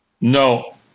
No